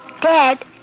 Dad